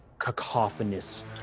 cacophonous